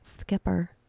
skipper